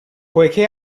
poiché